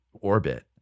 orbit